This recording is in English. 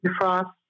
defrost